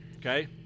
Okay